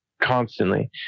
constantly